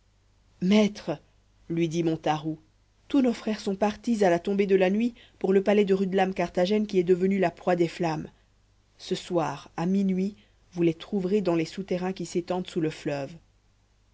maître lui dit montaroux tous nos frères sont partis à la tombée de la nuit pour le palais de rudelame carthagène qui est devenu la proie des flammes ce soir à minuit vous les trouverez dans les souterrains qui s'étendent sous le fleuve